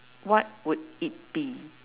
what would it be